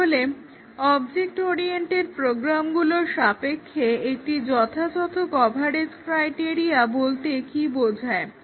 তাহলে object oriented প্রোগ্রামগুলোর সাপেক্ষে একটি যথাযথ কভারেজ ক্রাইটেরিয়া বলতে কী বোঝায়